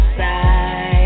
side